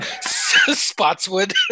Spotswood